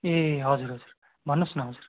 ए हजुर हजुर भन्नुहोस् न हजुर